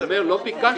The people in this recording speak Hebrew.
לא ביקשתי.